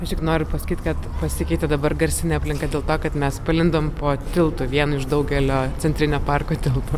aš tik noriu pasakyt kad pasikeitė dabar garsinė aplinka dėl to kad mes palindom po tiltu vienu iš daugelio centrinio parko tiltų